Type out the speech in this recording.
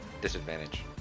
Disadvantage